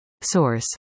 Source